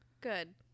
Good